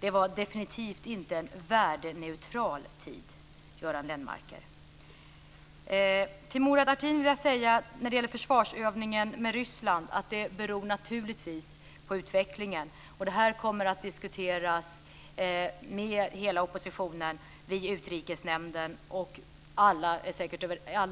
Det var definitivt inte en värdeneutral tid, Göran Lennmarker. När det gäller försvarsövningen med Ryssland vill jag till Murad Artin säga att det naturligtvis beror på utvecklingen. Det här kommer att diskuteras med hela oppositionen vid Utrikesnämnden. Alla